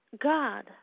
God